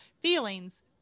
feelings